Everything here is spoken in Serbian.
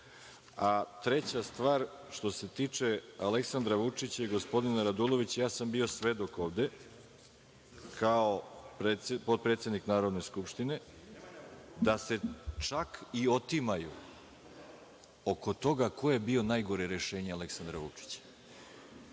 stvar, što se tiče Aleksandara Vučića i gospodina Radulovića, bio sam svedok ovde, kao potpredsednik Narodne skupštine, da se čak i otimaju oko toga ko je bio najgore rešenje Aleksandra Vučića.